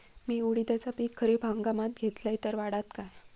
मी उडीदाचा पीक खरीप हंगामात घेतलय तर वाढात काय?